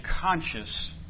conscious